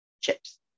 chips